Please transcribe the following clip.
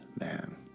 man